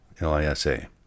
L-I-S-A